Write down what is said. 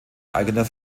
eigener